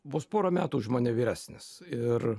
vos porą metų už mane vyresnis ir